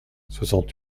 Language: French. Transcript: soixante